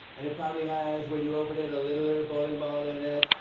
and it probably has, when you open it, a littler bowling ball in it?